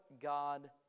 God